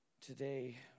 today